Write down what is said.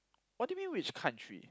what do you mean which country